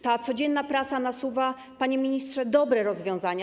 Ta codzienna praca nasuwa, panie ministrze, dobre rozwiązania.